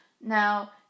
Now